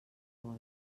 vol